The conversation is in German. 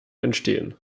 entstehen